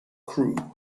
crew